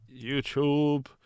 YouTube